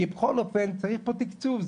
כי בכל אופן צריך פה תיקצוב,